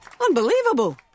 Unbelievable